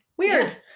Weird